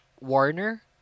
Warner